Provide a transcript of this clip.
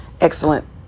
excellent